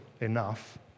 enough